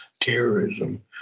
terrorism